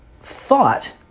thought